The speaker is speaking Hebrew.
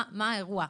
מה האירוע,